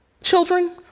Children